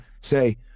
say